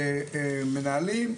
מנהלים,